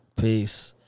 Peace